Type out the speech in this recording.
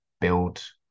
build